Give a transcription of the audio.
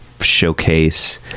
showcase